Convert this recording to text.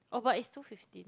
oh but it's two fifteen